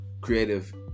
creative